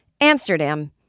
Amsterdam